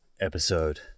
episode